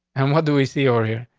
and what do we see or hear?